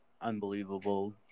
unbelievable